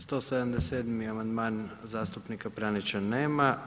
177. amandman zastupnika Pranića nema.